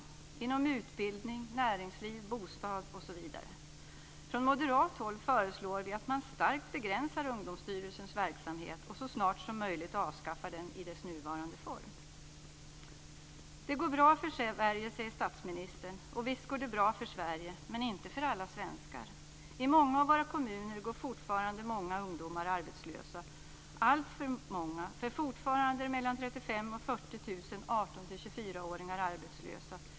Det gäller utbildning, näringsliv, bostad osv. Från moderat håll föreslår vi att man starkt begränsar Ungdomsstyrelsens verksamhet och så snart som möjligt avskaffar den i dess nuvarande form. Det går bra för Sverige, säger statsministern. Och visst går det bra för Sverige. Men inte för alla svenskar. I många av våra kommuner går fortfarande många ungdomar arbetslösa - alltför många. Fortfarande är mellan 35 000 och 40 000 18-24-åringar arbetslösa.